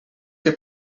que